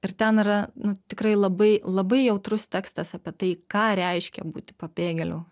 ir ten yra nu tikrai labai labai jautrus tekstas apie tai ką reiškia būti pabėgėliu